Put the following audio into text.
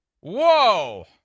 Whoa